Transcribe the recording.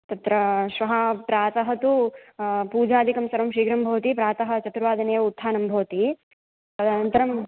तत्र श्वः प्रातः तु पूजादिकं सर्वं शीघ्रं भवति प्रातः चतुर्वादने एव उत्थानं भवति तदनन्तरं